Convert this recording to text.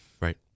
right